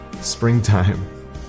springtime